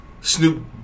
Snoop